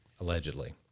Allegedly